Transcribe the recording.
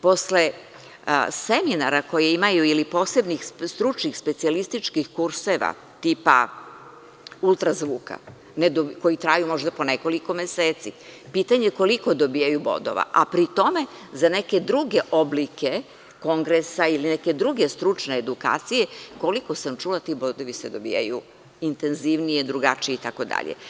Posle seminara koje imaju ili posebnih stručnih specijalističkih kurseva, tipa ultra zvuka, koji traju možda po nekoliko meseci, pitanje je koliko dobijaju bodova, a pri tome za neke druge oblike kongresa ili neke druge stručne edukacije, koliko sam čula, ti bodovi se dobijaju intenzivnije, drugačije, itd.